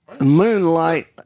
Moonlight